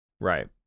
Right